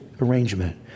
arrangement